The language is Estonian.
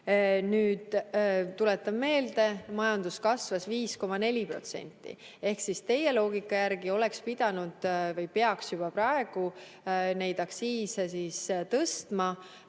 Tuletan meelde, majandus kasvas 5,4% ehk siis teie loogika järgi oleks pidanud või peaks juba praegu neid aktsiise tõstma,